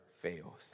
fails